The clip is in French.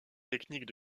techniques